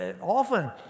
often